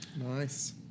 nice